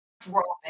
dropping